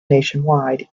nationwide